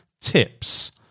tips